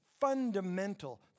fundamental